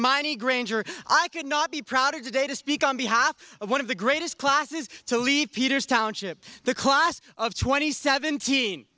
a granger i could not be prouder today to speak on behalf of one of the greatest classes to leave peters township the class of twenty seventeen